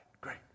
great